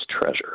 treasure